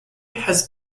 has